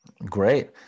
Great